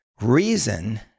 reason